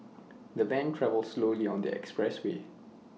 the van travelled slowly on the expressway